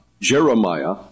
Jeremiah